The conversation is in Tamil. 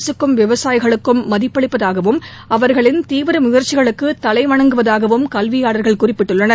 அரசுக்கும் விவசாயிகளுக்கும் மதிப்பளிப்பதாகவும் அவர்களின் தீவிர முயற்சிகளுக்கு தலைவணங்குவதாகவும் கல்வியாளர்கள் குறிப்பிட்டுள்ளனர்